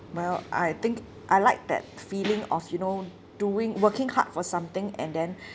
well I think I like that feeling of you know doing working hard for something and then